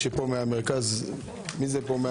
נציגות המרכז והמחקר,